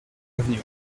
avenue